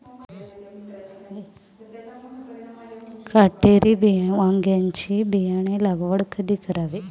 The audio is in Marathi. काटेरी वांग्याची बियाणे लागवड कधी करावी?